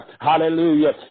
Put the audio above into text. hallelujah